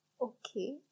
Okay